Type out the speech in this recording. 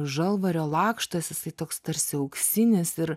žalvario lakštas jisai toks tarsi auksinis ir